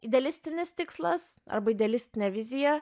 idealistinis tikslas arba idealistinė vizija